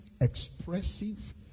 expressive